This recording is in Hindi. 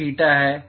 यह थीटा है